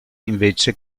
invece